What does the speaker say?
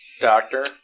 Doctor